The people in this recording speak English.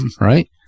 right